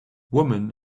woman